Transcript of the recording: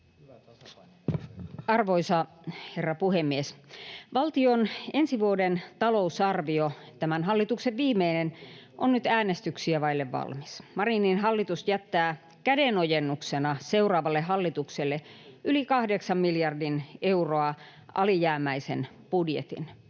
Arvoisa herra puhemies! Valtion ensi vuoden talousarvio, tämän hallituksen viimeinen, on nyt äänestyksiä vaille valmis. Marinin hallitus jättää kädenojennuksena seuraavalle hallitukselle yli kahdeksan miljardia euroa alijäämäisen budjetin.